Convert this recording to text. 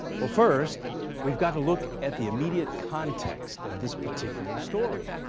well first we've got to look at the immediate context of this particular story.